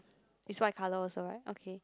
is white color also right okay